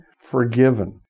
forgiven